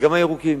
וגם הירוקים.